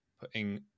putting